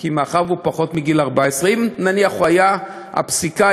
כי הוא פחות מגיל 14. אם נניח שהשופט היה